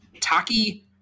Taki